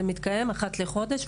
זה מתקיים אחת לחודש,